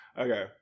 Okay